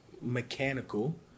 mechanical